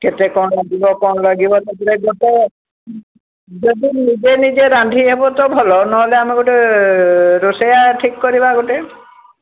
କେତେ କ'ଣ ଯିବ କ'ଣ ଲାଗିବ ସେଥିପାଇଁ ଯଦି ନିଜେ ନିଜେ ରାନ୍ଧି ହେବ ତ ଭଲ ନ ହେଲେ ଆମେ ଗୋଟେ ରୋଷେୟା ଠିକ୍ କରିବା ଗୋଟେ